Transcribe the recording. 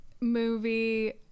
movie